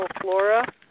flora